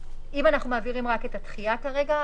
אם אנחנו מעבירים רק את הדחייה כרגע,